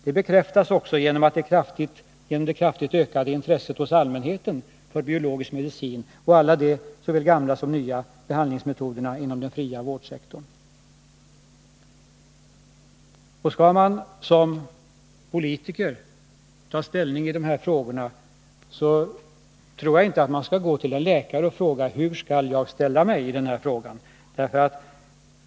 Detta bekräftas också genom det kraftigt ökande intresset hos allmänheten för biologisk medicin och alla de såväl gamla som nya behandlingsmetoderna inom ”den fria vårdsektorn”. Skall man som politiker ta ställning till aktuella motioner tror jag inte att man skall gå till en läkare och fråga: Hur skall jag ställa mig i denna fråga?